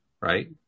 Right